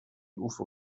ufo